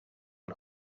een